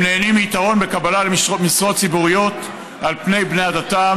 הם נהנים מיתרון בקבלה למשרות ציבוריות על פני בני עדתם